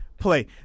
play